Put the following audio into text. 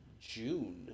June